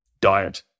diet